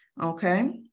okay